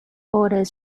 borders